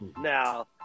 Now